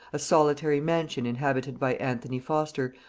a solitary mansion inhabited by anthony foster,